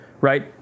right